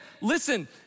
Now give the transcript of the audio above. listen